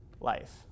life